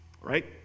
right